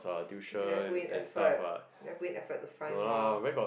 cause you never put in effort never put in effort to find more